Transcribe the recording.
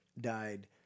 died